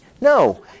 No